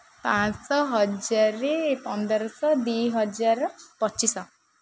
ପାଁପଞ୍ଚ ଶହ ହଜାରେ ପନ୍ଦରଶହ ଦୁଇ ହଜାର ପଚିଶ